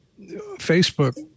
Facebook